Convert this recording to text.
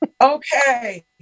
Okay